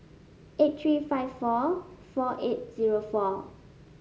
eight three five four four eight zero four